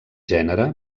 gènere